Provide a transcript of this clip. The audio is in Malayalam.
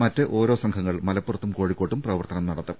മറ്റോരോ സംഘങ്ങൾ മലപ്പുറത്തും കോഴിക്കോട്ടും പ്രവർത്തനം നടത്തും